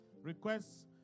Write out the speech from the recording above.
requests